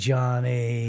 Johnny